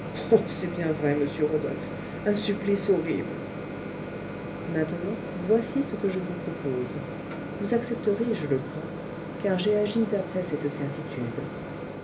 c'est bien vrai monsieur rodolphe un supplice horrible maintenant voici ce que je vous propose vous accepterez je le crois car j'ai agi d'après cette certitude